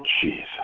Jesus